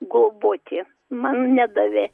globoti man nedavė